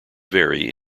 very